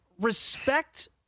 respect